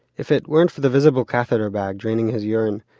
if it weren't for the visible catheter bag draining his urine,